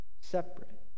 separate